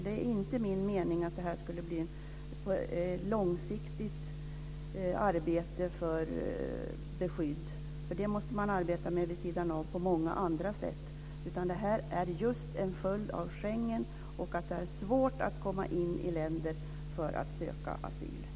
Det är inte min mening att det här skulle bli ett långsiktigt arbete för beskydd - det måste man arbeta med vid sidan av på många andra sätt - utan det här är just en följd av Schengenavtalet och av att det är svårt att komma in i länder för att söka asyl.